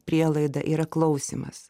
prielaida yra klausymas